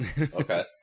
Okay